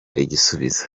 igisubizo